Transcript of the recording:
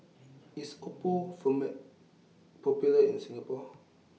IS Oppo Popular in Singapore